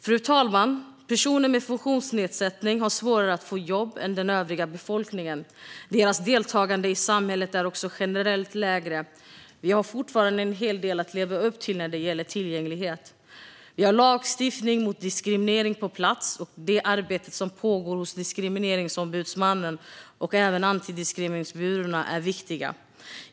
Fru talman! Personer med funktionsnedsättning har svårare att få jobb än den övriga befolkningen. Deras deltagande i samhället är också generellt lägre. Vi har fortfarande en hel del att leva upp till när det gäller tillgänglighet. Vi har lagstiftning mot diskriminering på plats. Det arbete som pågår hos Diskrimineringsombudsmannen och även antidiskrimineringsbyråerna är viktigt.